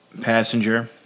passenger